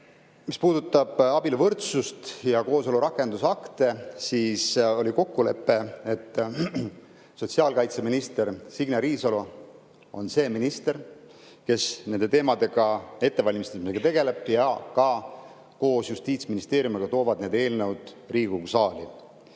Mis puudutab abieluvõrdsust ja kooselu [seaduse] rakendusakte, siis oli kokkulepe, et sotsiaalkaitseminister Signe Riisalo on see minister, kes nende teemade ettevalmistamisega tegeleb ja ka koos Justiitsministeeriumiga toob need eelnõud Riigikogu saali.